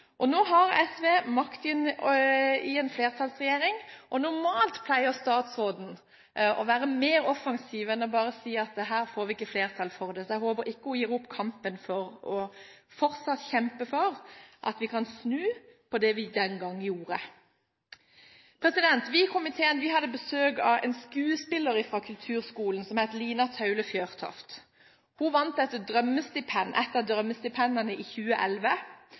øremerkes. Nå har SV makt i en flertallsregjering, og normalt pleier statsråden å være mer offensiv enn bare å si at her får vi ikke flertall. Så jeg håper ikke hun gir opp kampen for fortsatt å kjempe for at vi kan snu på det vi den gang gjorde. Vi i komiteen hadde besøk av en skuespiller fra kulturskolen, som het Lina Taule Fjørtoft. Hun vant et av drømmestipendene i 2011,